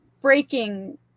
Breaking